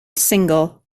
single